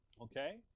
Okay